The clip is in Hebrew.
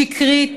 שקרית.